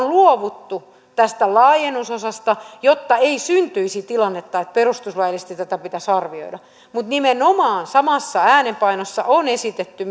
luovuttu tästä laajennusosasta jotta ei syntyisi tilannetta että perustuslaillisesti tätä pitäisi arvioida mutta nimenomaan samassa äänenpainossa on esitetty